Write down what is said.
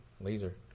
laser